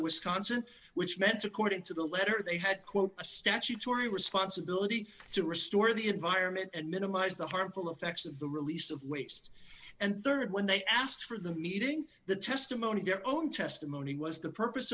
wisconsin which meant according to the letter they had quote a statutory responsibility to restore the environment and minimize the harmful effects of the release of waste and rd when they asked for the meeting the testimony their own testimony was the purpose